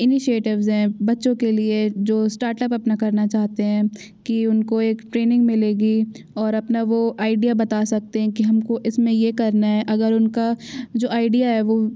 initiatives हैं बच्चों के लिए जो स्टार्टअप अपना करना चाहते हैं कि उनको एक ट्रेनिंग मिलेगी और अपना वो आइडिया बता सकते हैं कि हम को इस में ये करना है अगर उनका जो आईडिया है वो